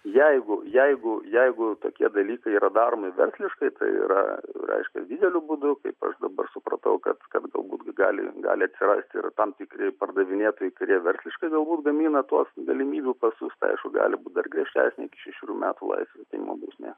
jeigu jeigu jeigu tokie dalykai yra daromi versliškai tai yra reišką dideliu būdu kaip aš dabar supratau kad kad galbūt gali gali atsirasti ir tam tikri pardavinėtojai kurie versliškai galbūt gamina tuos galimybių pasus tai aišku gali būt dar griežtesnė iki šešerių metų laisvės atėmimo bausmė